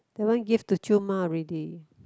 that one give to 舅妈 already